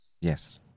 Yes